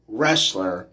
wrestler